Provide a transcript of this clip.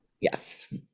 Yes